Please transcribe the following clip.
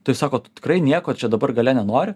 tai sako tu tikrai nieko čia dabar gale nenori